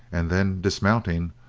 and then dismounting,